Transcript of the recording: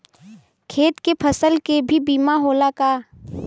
खेत के फसल के भी बीमा होला का?